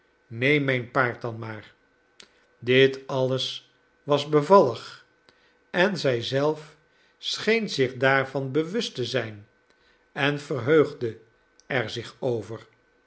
neem mijn paard dan maar dit alles was bevallig en zij zelf scheen zich daarvan bewust te zijn en verheugde er zich over